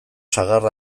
sagar